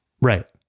Right